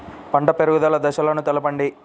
పంట పెరుగుదల దశలను తెలపండి?